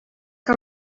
que